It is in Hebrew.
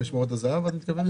משמרות זה"ב את מתכוונת?